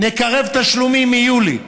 נקרב תשלומים מיולי למרס,